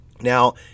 Now